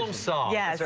um song yeah,